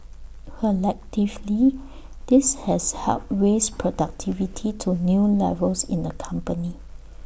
collectively this has helped raise productivity to new levels in the company